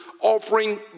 offering